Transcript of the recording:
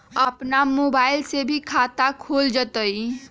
अपन मोबाइल से भी खाता खोल जताईं?